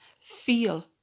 feel